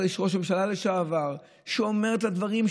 יש ראש ממשלה לשעבר שאומר את הדברים,